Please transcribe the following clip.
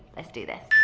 let's do this!